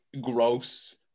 gross